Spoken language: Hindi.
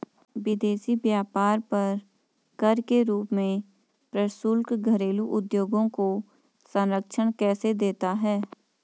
विदेशी व्यापार पर कर के रूप में प्रशुल्क घरेलू उद्योगों को संरक्षण कैसे देता है?